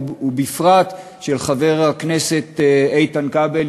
ובפרט של חבר הכנסת איתן כבל,